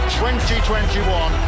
2021